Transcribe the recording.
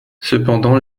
cependant